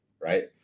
right